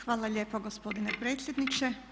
Hvala lijepa gospodine predsjedniče.